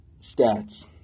stats